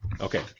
Okay